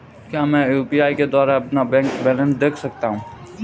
क्या मैं यू.पी.आई के द्वारा अपना बैंक बैलेंस देख सकता हूँ?